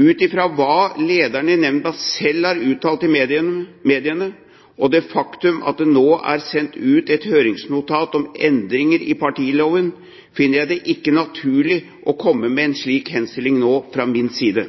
Ut fra hva lederen i nemnda selv har uttalt i mediene og det faktum at det nå er sendt ut et høringsnotat om endringer i partiloven, finner jeg det ikke naturlig å komme med en slik henstilling nå fra min side.